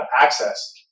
access